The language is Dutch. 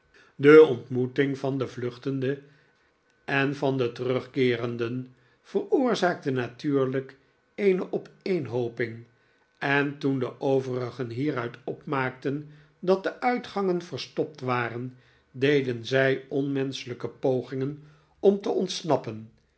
de ontmoeting van de vluchtenden en van de terugkeerenden veroorzaakte natuurlijk eene opeenhooping en toen de overigen hieruit opmaakten dat de uitgangen verstopt waren deden zij onmenschelijke pogingen om te ontsnappen